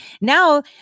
Now